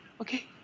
okay